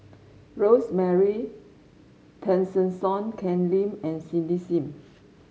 Rosemary Tessensohn Ken Lim and Cindy Sim